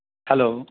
hello